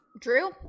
Drew